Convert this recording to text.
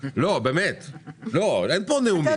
לא, אין פה נאומים.